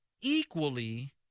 equally